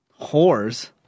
Whores